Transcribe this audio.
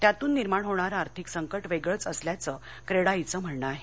त्यातून निर्माण होणारे आर्थिक संकट वेगळेच असल्याचं क्रेडाईच म्हणणं आहे